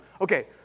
Okay